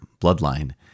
bloodline